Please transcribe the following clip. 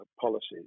policies